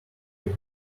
hear